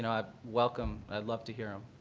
and i welcome i'd love to hear um